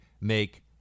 make